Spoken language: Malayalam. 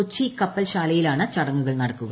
കൊച്ചി കപ്പൽ ശാലയിലാണ് ചടങ്ങുകൾ നടക്കുക